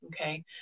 okay